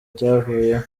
cyavuyeho